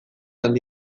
handi